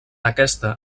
aquesta